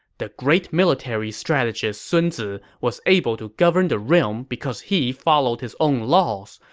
the great military strategist sun zi was able to govern the realm because he followed his own laws.